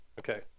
Okay